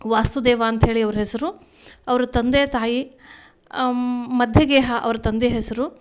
ವಾಸುದೇವ ಅಂತ ಹೇಳಿ ಅವ್ರ ಹೆಸರು ಅವ್ರ ತಂದೆ ತಾಯಿ ಮಧ್ಯಗೇಹ ಅವ್ರ ತಂದೆ ಹೆಸರು